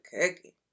cookie